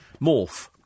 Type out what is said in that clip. Morph